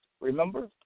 Remember